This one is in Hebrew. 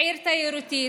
עיר תיירותית,